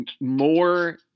More